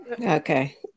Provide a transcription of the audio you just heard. Okay